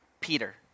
Peter